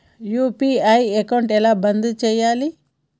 UPI account ఎలా బంద్ చేయాలి?